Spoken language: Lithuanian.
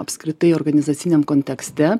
apskritai organizaciniam kontekste